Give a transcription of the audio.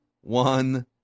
one